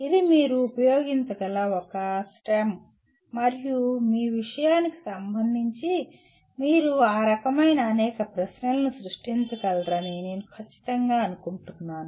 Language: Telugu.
ఇది మీరు ఉపయోగించగల ఒక STEM మరియు మీ విషయానికి సంబంధించి మీరు ఆ రకమైన అనేక ప్రశ్నలను సృష్టించగలరని నేను ఖచ్చితంగా అనుకుంటున్నాను